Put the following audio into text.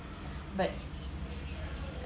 but